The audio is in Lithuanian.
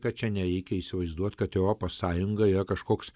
kad čia nereikia įsivaizduot kad europos sąjunga yra kažkoks